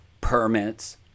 permits